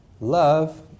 Love